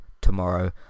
tomorrow